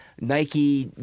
Nike